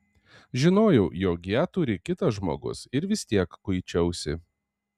žinojau jog ją turi kitas žmogus ir vis tiek kuičiausi